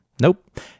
Nope